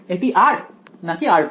এটি r নাকি r'